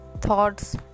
thoughts